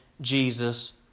Jesus